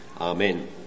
Amen